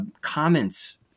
comments